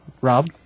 Rob